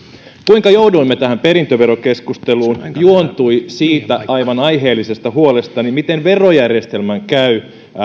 kuinka jouduimme tähän perintöverokeskusteluun juontui siitä aivan aiheellisesta huolestani miten verojärjestelmän käy